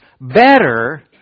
better